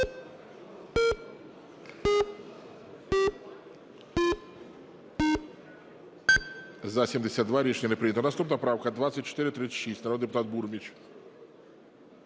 За-72 Рішення не прийнято. Наступна правка 2436, народний депутат Бурміч.